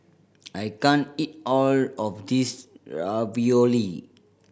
I can't eat all of this Ravioli